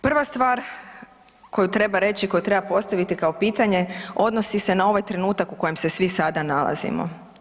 Prva stvar koju treba reći, koju treba postaviti kao pitanje odnosi se na ovaj trenutak u kojem se svi sada nalazimo.